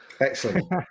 Excellent